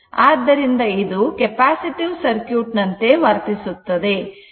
ಆದ್ದರಿಂದ ಇದು capacitive circuit ನಂತೆ ವರ್ತಿಸುತ್ತದೆ